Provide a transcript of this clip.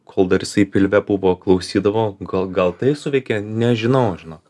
kol dar jisai pilve buvo klausydavo gal gal tai suveikia nežinau žinok